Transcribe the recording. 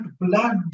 blood